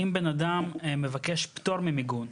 אם בן אדם מבקש פטור ממיגון,